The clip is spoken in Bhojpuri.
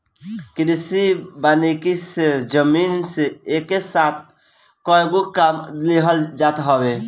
कृषि वानिकी से जमीन से एके साथ कएगो काम लेहल जात हवे